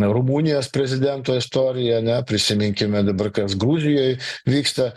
rumunijos prezidento istoriją ane prisiminkime dabar kas gruzijoj vyksta